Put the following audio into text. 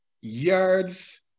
yards